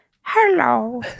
hello